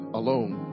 alone